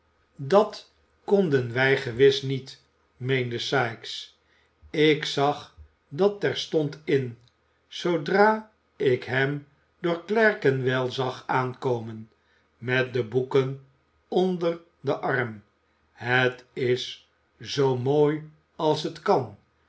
dat konden wij gewis niet meende sikes ik zag dat terstond in zoodra ik hem door clerkenwell zag aankomen met de boeken onder den arm het is zoo mooi als t kan